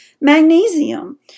magnesium